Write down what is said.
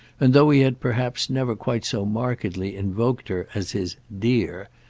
and though he had perhaps never quite so markedly invoked her as his dear,